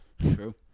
True